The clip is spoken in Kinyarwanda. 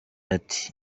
ati